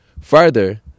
Further